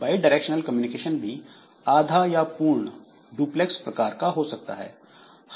bye directional communication भी आधा या पूर्ण half औऱ full डुप्लेक्स प्रकार का हो सकता है